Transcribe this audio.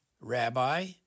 Rabbi